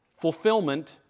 fulfillment